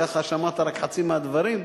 וכך שמעת רק חצי מהדברים,